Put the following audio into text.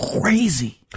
crazy